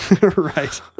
Right